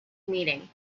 meeting